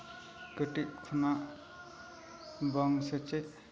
ᱠᱟᱹᱴᱤᱡ ᱠᱷᱚᱱᱟᱜ ᱵᱟᱝ ᱥᱮᱪᱮᱫ